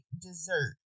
dessert